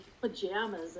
pajamas